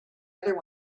other